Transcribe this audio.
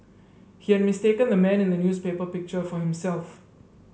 he had mistaken the man in the newspaper picture for himself